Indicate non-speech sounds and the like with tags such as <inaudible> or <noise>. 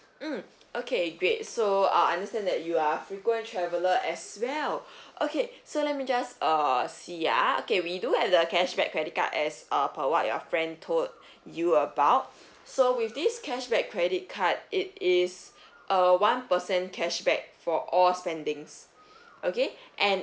mm okay great so uh understand that you are a frequent traveller as well <breath> okay so let me just err see ah okay we do have the cashback credit card as uh per what your friend told <breath> you about so with this cashback credit card it is a one percent cashback for all spendings <breath> okay and